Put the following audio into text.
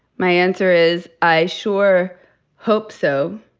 my answer is i sure hope so.